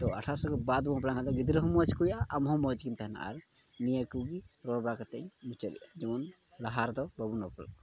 ᱛᱚ ᱟᱴᱷᱟᱥ ᱩᱢᱮᱨ ᱵᱟᱫᱽ ᱵᱚᱱ ᱦᱚᱸ ᱢᱚᱡᱽ ᱠᱚ ᱦᱩᱭᱩᱜᱼᱟ ᱟᱵᱚ ᱦᱚᱸ ᱢᱚᱡᱽ ᱜᱮᱢ ᱛᱟᱦᱮᱱᱟ ᱟᱨ ᱱᱤᱭᱟᱹ ᱠᱚᱜᱮ ᱨᱚᱲ ᱵᱟᱲᱟ ᱠᱟᱛᱮᱫ ᱢᱩᱪᱟᱹᱫᱮᱜᱼᱟ ᱡᱮᱢᱚᱱ ᱞᱟᱦᱟ ᱨᱮᱫᱚ ᱵᱟᱵᱚᱱ ᱵᱟᱯᱞᱟᱜ